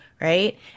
right